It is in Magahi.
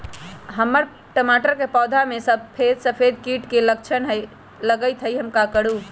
हमर टमाटर के पौधा में सफेद सफेद कीट के लक्षण लगई थई हम का करू?